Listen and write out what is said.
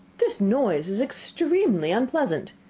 this noise is extremely unpleasant.